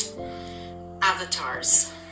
avatars